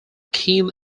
keen